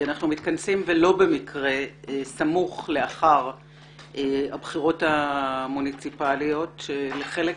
אנחנו מתכנסים לא במקרה אלא סמוך לאחר הבחירות המוניציפאליות שלחלק